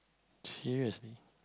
seriously